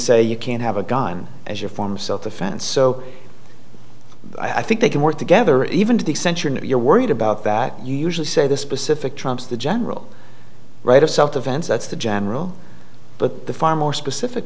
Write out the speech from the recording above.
say you can't have a gun as your former self defense so i think they can work together even to the century you're worried about that you usually say this specific trumps the general right of self defense that's the general but the far more specific